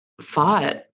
fought